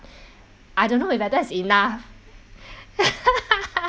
I don't know if like that is enough